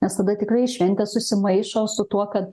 nes tada tikrai šventė susimaišo su tuo kad